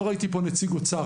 לא ראיתי פה את נציג האוצר,